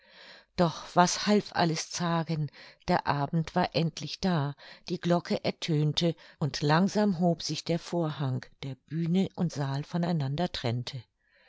doch was half alles zagen der abend war endlich da die glocke ertönte und langsam hob sich der vorhang der bühne und saal von einander trennte